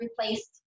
replaced